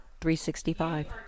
365